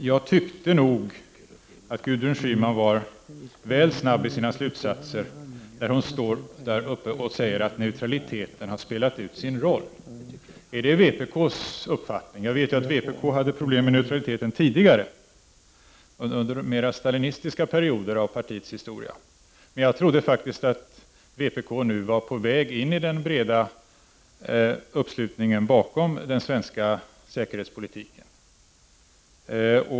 Jag tyckte nog att Gudrun Schyman var väl snabb i sina slutsatser när hon stod här uppe och sade att neutraliteten har spelat ut sin roll. Är det vpk:s uppfattning? Jag vet att vpk hade problem med neutraliteten tidigare, under mera stalinistiska perioder av partiets historia, men jag trodde faktiskt att vpk nu var på väg in i den breda uppslutningen bakom den svenska säkerhetspolitiken.